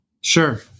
Sure